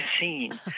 scene